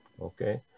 Okay